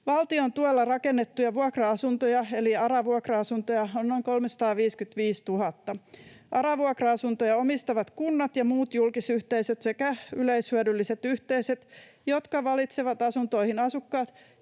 Valtion tuella rakennettuja vuokra-asuntoja eli ARA-vuokra-asuntoja on noin 355 000. ARA-vuokra-asuntoja omistavat kunnat ja muut julkisyhteisöt sekä yleishyödylliset yhteisöt, jotka valitsevat asuntoihin asukkaat